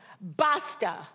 basta